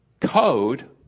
code